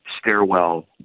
stairwell